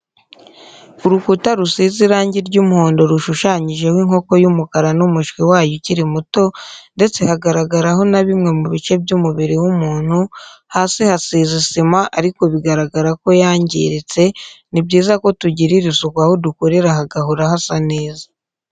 Urukuta rusize irangi ry'umuhondo rushushanyijeho inkoko y'umukara n'umushwi wayo ukiri muto, ndetse hagaragaraho na bimwe mu bice by'umubiri w'umuntu, hasi hasize isima ariko bigaragara ko yangiritse, ni byiza ko tugirira isuku aho dukorera hagahora hasa neza.